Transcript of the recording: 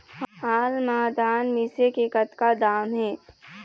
हाल मा धान मिसे के कतका दाम हे?